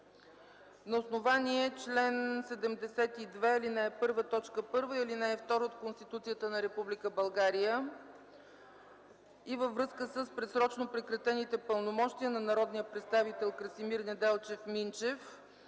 на основание чл. 72, ал. 1, т. 1 и ал. 2 от Конституцията на Република България и във връзка с предсрочно прекратените пълномощия на народния представител Красимир Неделчев Минчев,